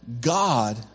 God